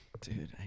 Dude